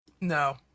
No